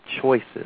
choices